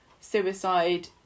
suicide